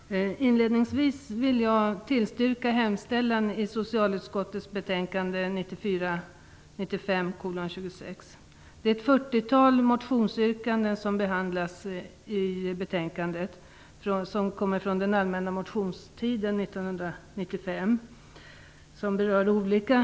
Herr talman! Jag vill inledningsvis tillstyrka hemställan i socialutskottets betänkande 1994/95:26. Det är ett fyrtiotal motionsyrkanden från den allmänna motionstiden 1995 som behandlas i betänkandet.